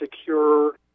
secure